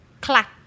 clack